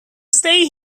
stay